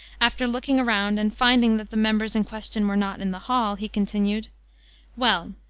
after looking around, and finding that the members in question were not in the hall, he continued well!